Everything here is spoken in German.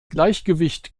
gleichgewicht